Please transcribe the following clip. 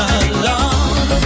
alone